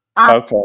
Okay